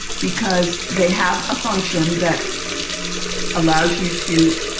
because they have a function that allows you to